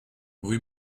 rue